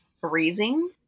freezing